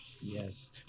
Yes